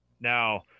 Now